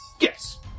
Yes